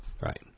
Right